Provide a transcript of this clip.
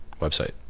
website